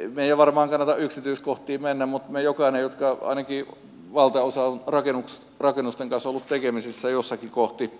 meidän ei varmaan kannata yksityiskohtiin mennä mutta meistä jokainen ainakin valtaosa on rakennusten kanssa ollut tekemisissä jossakin kohti